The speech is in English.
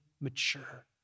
mature